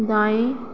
दाएँ